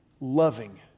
loving